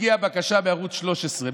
הגיעה בקשה מערוץ 13,